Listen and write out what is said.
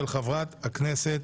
של חברת הכנסת